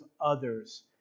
others